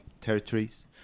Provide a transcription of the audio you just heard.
territories